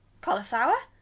cauliflower